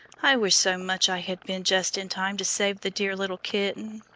i wish so much i had been just in time to save the dear little kitten.